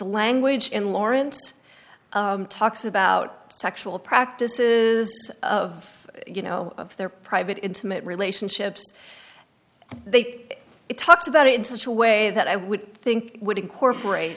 language in lawrence talks about sexual practices of you know their private intimate relationships they talked about it in such a way that i would think would incorporate